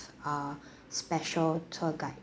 uh special tour guide